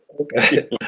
Okay